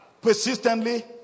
persistently